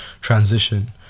transition